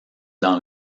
dans